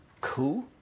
cool